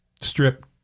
strip